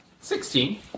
Sixteen